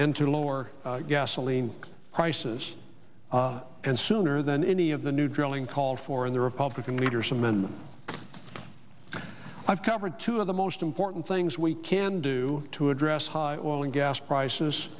and to lower gasoline prices and sooner than any of the new drilling called for in the republican leaders of men i've covered two of the most important things we can do to address high oil and gas prices